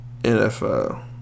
NFL